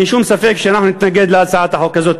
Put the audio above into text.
אין שום ספק שאנחנו נתנגד להצעת החוק הזאת.